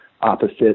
opposite